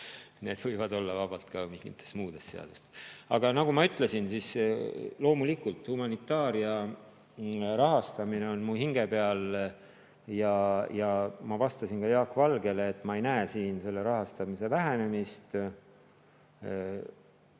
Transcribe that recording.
Need võivad vabalt olla ka mingites muudes seadustes. Aga nagu ma ütlesin, loomulikult humanitaaria rahastamine on mu hinge peal. Ja ma vastasin ka Jaak Valgele, et ma ei näe siin selle rahastamise vähenemist.